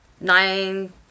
Nine